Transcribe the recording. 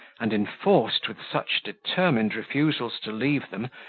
and enforced with such determined refusals to leave them,